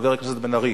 חבר הכנסת בן-ארי,